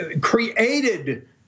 created